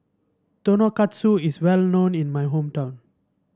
tonkatsu is well known in my hometown